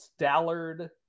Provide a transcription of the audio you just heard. Stallard